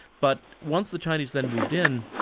but once the chinese then moved in,